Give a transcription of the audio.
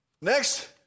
Next